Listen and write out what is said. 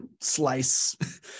slice